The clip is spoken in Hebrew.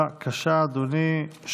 בבקשה, אדוני.